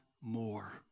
more